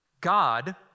God